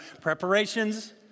Preparations